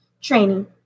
training